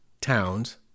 towns